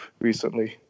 recently